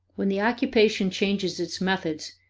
when the occupation changes its methods,